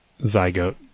zygote